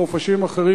בחופשים אחרים,